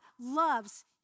loves